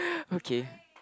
okay